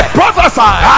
prophesy